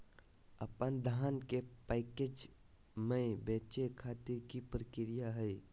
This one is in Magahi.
अपन धान के पैक्स मैं बेचे खातिर की प्रक्रिया हय?